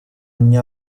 ogni